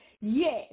Yes